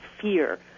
fear